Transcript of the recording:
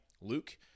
Luke